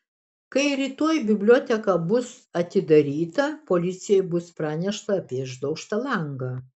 kai rytoj biblioteka bus atidaryta policijai bus pranešta apie išdaužtą langą